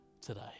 today